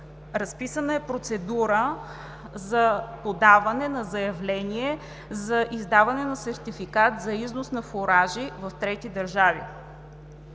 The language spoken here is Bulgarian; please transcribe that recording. Разписана е процедура за подаване на заявление за издаване на сертификат за износ на фуражи в трети държави.